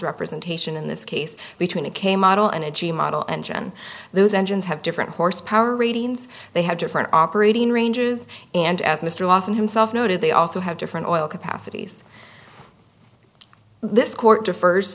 representation in this case between a k model and a g model engine those engines have different horse power ratings they have different operating ranges and as mr lawson himself noted they also have different oil capacities this court refers